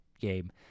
game